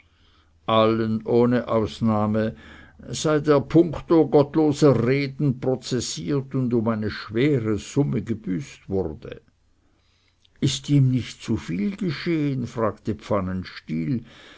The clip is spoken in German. allen ohne ausnahme seit er puncto gottloser reden prozessiert und um eine schwere summe gebüßt wurde ist ihm nicht zu viel geschehen fragte pfannenstiel